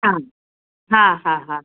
हा हा हा हा